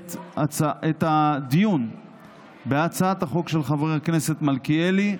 את הדיון בהצעת החוק של חבר הכנסת מלכיאלי,